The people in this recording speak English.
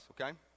okay